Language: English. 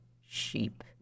sheep